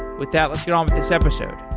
with that, let's get on with this episode.